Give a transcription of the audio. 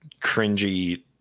cringy